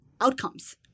outcomes